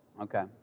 Okay